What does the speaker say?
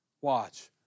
watch